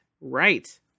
right